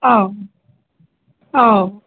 औ औ